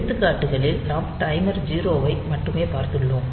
எடுத்துக்காட்டுகளில் நாம் டைமர் 0 ஐ மட்டுமே பார்த்துள்ளோம்